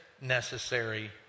necessary